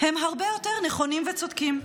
הם הרבה יותר נכונים וצודקים.